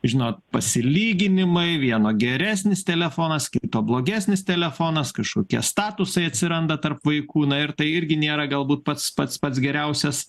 žinot pasilyginimai vieno geresnis telefonas kito blogesnis telefonas kažkokie statusai atsiranda tarp vaikų na ir tai irgi nėra galbūt pats pats pats geriausias